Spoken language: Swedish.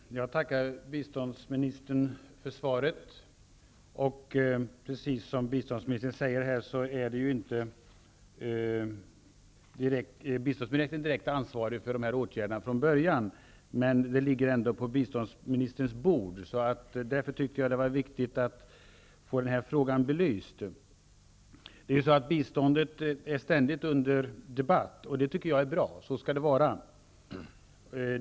Herr talman! Jag tackar biståndsministern för svaret. Precis som biståndsministern säger är han inte direkt ansvarig för dessa åtgärder från början. Men detta ligger ändå på biståndsministerns bord. Därför tyckte jag att det var viktigt att få denna fråga belyst. Biståndet är ständigt under debatt, vilket jag tycker är bra. Så skall det vara.